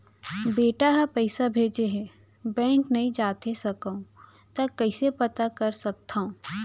बेटा ह पइसा भेजे हे बैंक नई जाथे सकंव त कइसे पता कर सकथव?